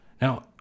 now